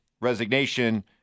resignation